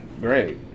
great